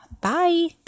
Bye